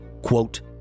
quote